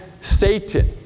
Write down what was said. Satan